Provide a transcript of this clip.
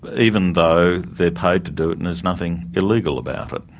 but even though they're paid to do it and there's nothing illegal about it.